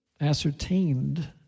ascertained